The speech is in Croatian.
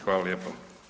Hvala lijepo.